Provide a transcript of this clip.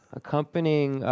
accompanying